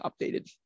updated